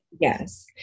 Yes